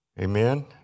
Amen